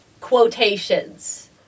Quotations